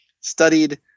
studied